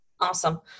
Awesome